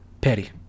Petty